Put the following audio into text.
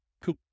Cool